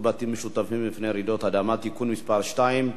בתים משותפים מפני רעידות אדמה) (תיקון מס' 2)